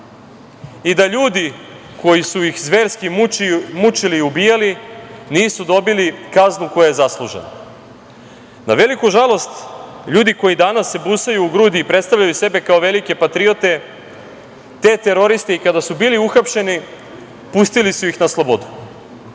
i da ljudi koji su ih zverski mučili i ubijali nisu dobili kaznu koja je zaslužena. Na veliku žalost ljudi koji se danas busaju u gradu predstavljaju sebe kao velike patriote, te teroriste i, kada su bili uhapšeni, pustili su ih na slobodu,